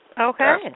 Okay